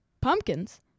Pumpkins